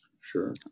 Sure